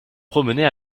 promener